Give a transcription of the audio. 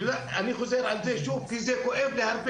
אני חוזר על זה שוב כי זה מאוד כואב לי,